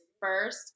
first